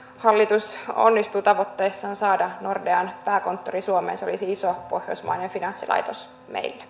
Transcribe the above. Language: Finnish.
hallitus onnistuu tavoitteessaan saada nordean pääkonttori suomeen se olisi iso pohjoismainen finanssilaitos meille